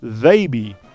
baby